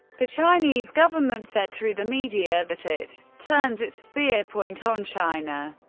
the chinese government said through the media that it turns its spear point on china.